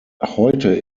heute